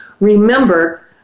Remember